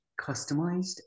customized